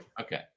Okay